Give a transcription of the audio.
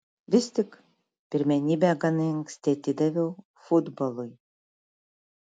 vis tik pirmenybę gana anksti atidaviau futbolui